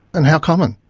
and how common?